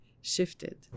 shifted